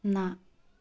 ਨਾ